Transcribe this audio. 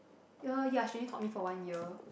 ya ya she only taught me for one year